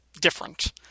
different